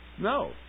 no